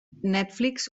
netflix